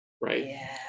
Right